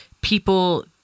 people